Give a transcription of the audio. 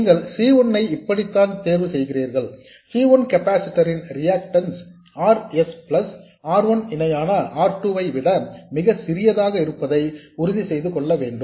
நீங்கள் C 1 ஐ இப்படித்தான் தேர்வு செய்கிறீர்கள் C 1 கெப்பாசிட்டர் ன் reactance R s plus R 1 இணையான R 2 ஐ விட மிக சிறியதாக இருப்பதை உறுதி செய்துகொள்ள வேண்டும்